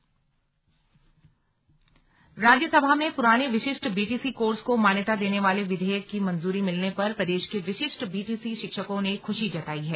slug BTC शिक्षक राज्यसभा में पुराने विशिष्ट बीटीसी कोर्स को मान्यता देने वाले विधेयक की मंजूरी मिलने पर प्रदेश के विशिष्ट बीटीसी शिक्षकों ने खुशी जताई है